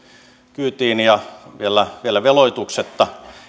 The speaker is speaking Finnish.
kyytiin ja vielä vielä veloituksetta